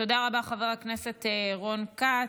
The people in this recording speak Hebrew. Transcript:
תודה רבה, חבר הכנסת רון כץ.